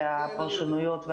פרשנויות.